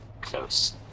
Close